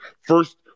First